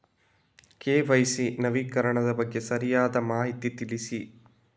KYC ನವೀಕರಣದ ಬಗ್ಗೆ ಸರಿಯಾದ ಮಾಹಿತಿ ತಿಳಿಸಿ?